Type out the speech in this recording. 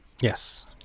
Yes